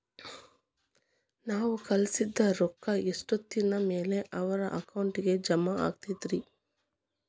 ನಾವು ಕಳಿಸಿದ್ ರೊಕ್ಕ ಎಷ್ಟೋತ್ತಿನ ಮ್ಯಾಲೆ ಅವರ ಅಕೌಂಟಗ್ ಜಮಾ ಆಕ್ಕೈತ್ರಿ?